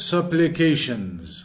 Supplications